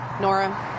Nora